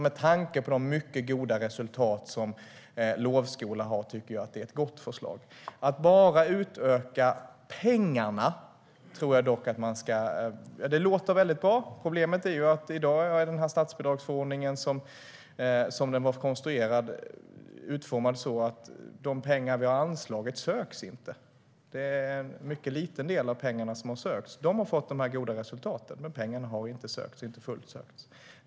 Med tanke på de mycket goda resultat som lovskolan gett tycker jag att det är ett gott förslag. Att utöka pengarna kan ju låta bra. Problemet är att statsbidragsförordningen utformats så att de pengar vi anslagit inte söks. Det är en mycket liten del av pengarna som har sökts. Man har fått de här goda resultaten ändå.